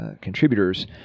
Contributors